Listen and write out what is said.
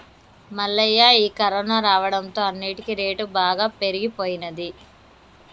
మల్లయ్య ఈ కరోనా రావడంతో అన్నిటికీ రేటు బాగా పెరిగిపోయినది